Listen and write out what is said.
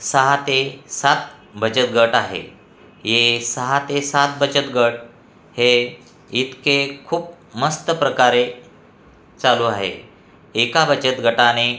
सहा ते सात बचत गट आहे हे सहा ते सात बचत गट हे इतके खूप मस्त प्रकारे चालू आहे एका बचत गटाने